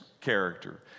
character